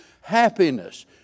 happiness